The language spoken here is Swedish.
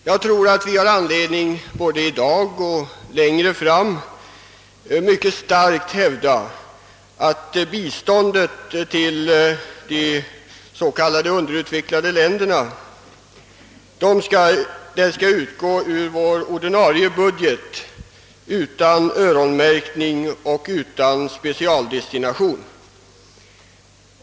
Jag tror att vi har anledning, både i dag och längre fram, att mycket starkt hävda att biståndet till de s.k. underutvecklade länderna bör tas ur vår ordinarie budget utan öronmärkning och utan specialdestination.